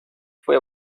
fue